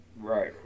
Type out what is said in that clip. right